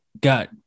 got